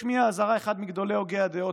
"השמיע אזהרה אחד מגדולי הוגי הדעות,